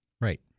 right